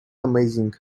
amazing